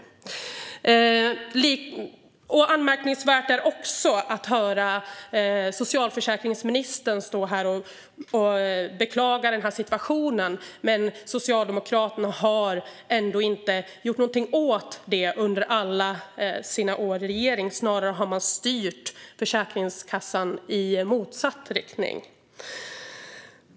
Det är också anmärkningsvärt att socialförsäkringsministern står här och beklagar sig över situationen. Socialdemokraterna har inte gjort någonting åt detta under alla sina år i regering. Snarare har man styrt Försäkringskassan i motsatt riktning.